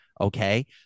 okay